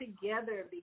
together